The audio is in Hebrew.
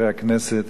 חברי הכנסת,